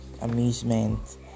amusement